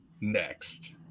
next